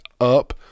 up